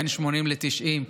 בין 80 ל-90,